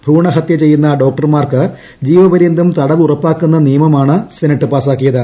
ഭ്രൂണഹത്യ ചെയ്യുന്ന ഡോക്ടർമാർക്ക് ജീവപര്യന്തം തടവ് ഉറപ്പാക്കുന്ന നിയമമാണ് സെനറ്റ് പാസ്സാക്കിയത്